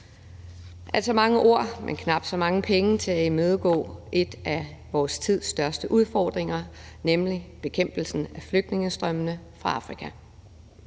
altså mange ord, men knap så mange penge til at imødegå en af vor tids største udfordringer, nemlig bekæmpelsen af flygtningestrømmene fra Afrika.